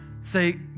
say